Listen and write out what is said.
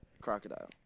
Crocodile